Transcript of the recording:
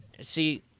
see